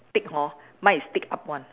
tick hor mine is tick up one